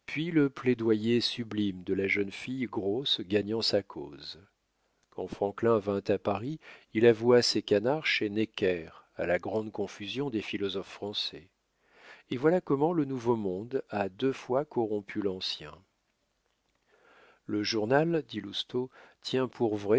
le plaidoyer sublime de la jeune fille grosse gagnant sa cause quand franklin vint à paris il avoua ses canards chez necker à la grande confusion des philosophes français et voilà comment le nouveau-monde a deux fois corrompu l'ancien le journal dit lousteau tient pour